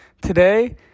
Today